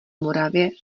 moravě